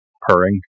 purring